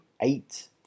eight